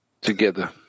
together